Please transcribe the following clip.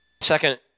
Second